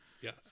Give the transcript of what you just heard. yes